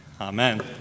amen